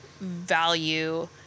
value